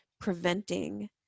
preventing